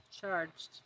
charged